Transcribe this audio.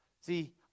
See